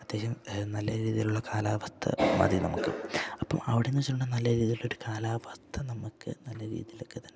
അത്യാശ്യം നല്ല രീതിയിലുള്ള കാലാവസ്ഥ മതി നമുക്ക് അപ്പം അവിടെ നിന്ന് വച്ചിട്ടുണ്ടങ്കിൽ നല്ല രീതിയിലുള്ള ഒരു കാലാവസ്ഥ നമുക്ക് നല്ല രീതിയിലൊക്കെ തന്നെ